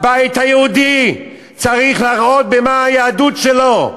הבית היהודי צריך להראות במה היהדות שלו,